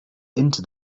into